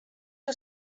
que